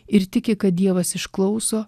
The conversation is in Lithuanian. ir tiki kad dievas išklauso